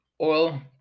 oil